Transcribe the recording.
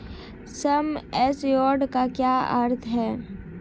सम assured का क्या अर्थ है?